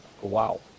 Wow